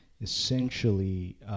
essentially